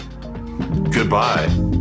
Goodbye